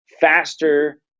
faster